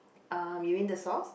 uh you mean the sauce